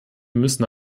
müssen